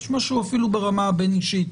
יש משהו אפילו ברמה הבין-אישית